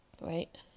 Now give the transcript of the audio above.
right